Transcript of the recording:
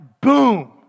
boom